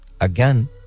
again